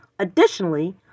Additionally